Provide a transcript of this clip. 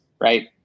right